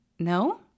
No